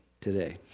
today